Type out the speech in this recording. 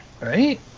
right